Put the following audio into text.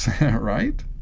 right